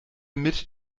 mit